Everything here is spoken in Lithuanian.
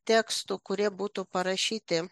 tekstų kurie būtų parašyti